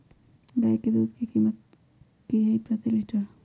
गाय के दूध के कीमत की हई प्रति लिटर?